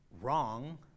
wrong